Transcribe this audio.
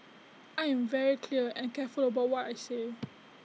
I am very clear and careful about what I say